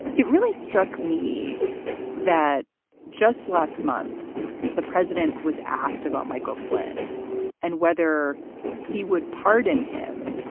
it really struck me that just last month the president was asked about michael flynn and whether he would pardon him.